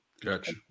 Gotcha